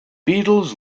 beetles